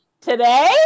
today